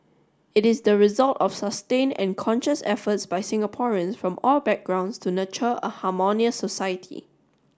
it is the result of sustained and conscious efforts by Singaporeans from all backgrounds to nurture a harmonious society